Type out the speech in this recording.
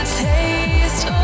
taste